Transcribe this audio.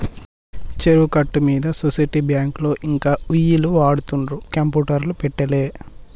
చెరువు కట్ట మీద సొసైటీ బ్యాంకులో ఇంకా ఒయ్యిలు వాడుతుండ్రు కంప్యూటర్లు పెట్టలే